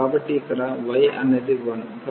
కాబట్టి ఇక్కడ y అనేది 1